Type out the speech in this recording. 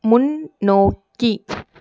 முன்னோக்கி